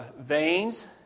veins